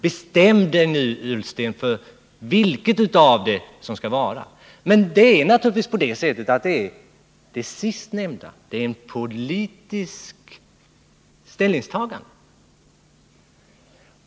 Bestäm dig nu, Ola Ullsten, för vilket som skall gälla! Det är naturligtvis det sistnämnda: Det är ett politiskt ställningstagande.